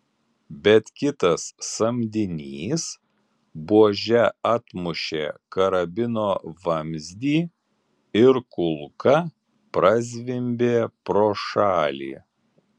bet kitas samdinys buože atmušė karabino vamzdį ir kulka prazvimbė pro šalį